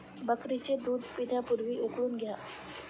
बकरीचे दूध पिण्यापूर्वी उकळून घ्या